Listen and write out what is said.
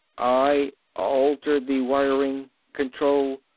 i altered the wiring. control.